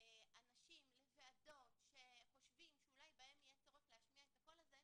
אנשים לוועדות שחושבים שבהן יש צורך להזמין את הקול הזה,